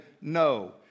no